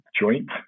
joint